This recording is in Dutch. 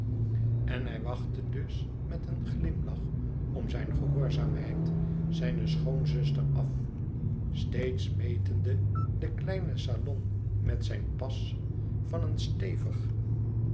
en hij wachtte dus nu met een glimlach om die gehoorzaamheid zijne schoonzuster af steeds metende den kleinen salon met zijn pas van een stevig